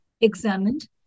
examined